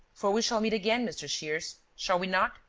for we shall meet again, mr. shears, shall we not?